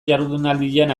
jardunaldian